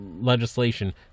legislation